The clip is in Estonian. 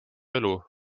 elu